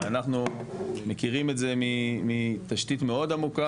אנחנו מכירים את זה מתשתית מאוד עמוקה